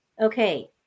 okay